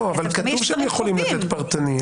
כתוב שיכולים לתת פרטני.